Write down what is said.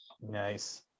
nice